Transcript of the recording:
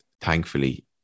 thankfully